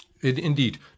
Indeed